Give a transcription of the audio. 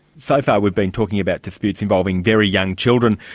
so far we've been talking about disputes involving very young children,